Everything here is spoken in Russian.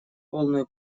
полную